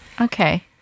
Okay